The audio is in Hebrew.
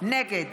נגד